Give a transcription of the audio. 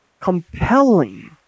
compelling